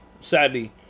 sadly